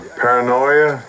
paranoia